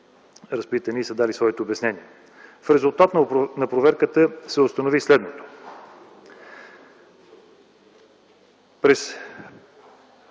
разпитани и са дали своите обяснения. В резултат на проверката се установи следното. През